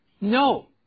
No